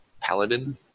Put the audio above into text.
paladin